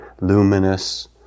luminous